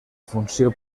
funció